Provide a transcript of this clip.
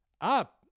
up